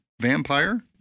vampire